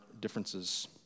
differences